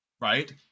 right